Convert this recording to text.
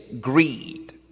greed